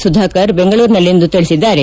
ಸುಧಾಕರ್ ಬೆಂಗಳೂರಿನಲ್ಲಿಂದು ತಿಳಿಸಿದ್ದಾರೆ